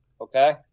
okay